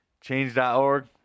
Change.org